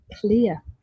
clear